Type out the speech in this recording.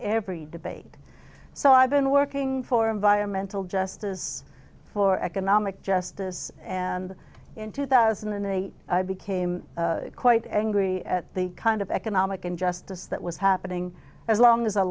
every debate so i've been working for environmental justice for economic justice and in two thousand and eight i became quite angry at the kind of economic injustice that was happening as long as a